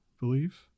believe